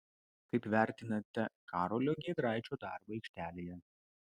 kaip vertinate karolio giedraičio darbą aikštelėje